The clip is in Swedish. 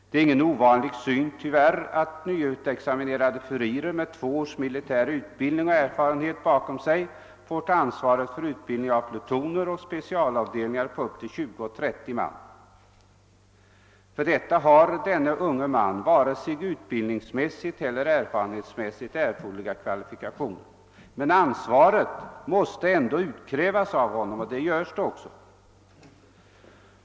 Det är ingen ovanlig syn, att nyutexaminerade furirer med två års militär utbildning och erfarenhet bakom sig får ta ansvaret för utbildning av plutoner och specialavdelningar på 20—-30 man. För detta har en sådan ung furir varken utbildningsmässigt .eHer erfarenhetsmässigt erforderliga kvalifikationer, men ansvaret. måste ändå utkrävas av honom, och det. görs också.